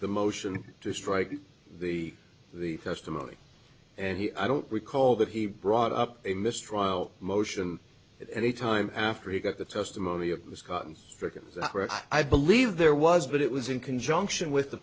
the motion to strike the the testimony and he i don't recall that he brought up a mistrial motion at any time after he got the testimony of scott and i believe there was but it was in conjunction with the